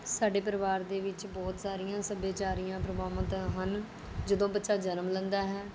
ਸਾਡੇ ਪਰਿਵਾਰ ਦੇ ਵਿੱਚ ਬਹੁਤ ਸਾਰੀਆਂ ਸੱਭਿਆਚਾਰੀਆਂ ਪ੍ਰੰਪਰਾਂ ਹਨ ਜਦੋਂ ਬੱਚਾ ਜਨਮ ਲੈਂਦਾ ਹੈ